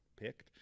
picked